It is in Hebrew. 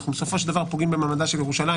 אנחנו בסופו של דבר פוגעים במעמדה של ירושלים,